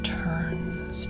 turns